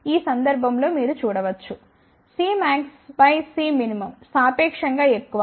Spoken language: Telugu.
ఈ సందర్భం లో మీరు చూడ వచ్చు CmaxCmin సాపేక్షం గా ఎక్కువ